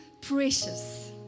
precious